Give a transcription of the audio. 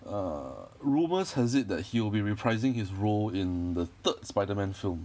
err rumours has it that he'll be reprising his role in the third spider-man film